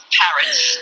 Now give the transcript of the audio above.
parrots